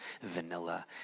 vanilla